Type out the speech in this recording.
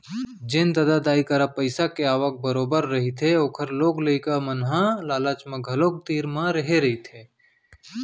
जेन ददा दाई करा पइसा के आवक बरोबर रहिथे ओखर लोग लइका मन ह लालच म घलोक तीर म रेहे रहिथे